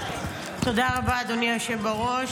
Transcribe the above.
תודה רבה, אדוני היושב בראש.